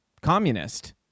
communist